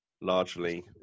largely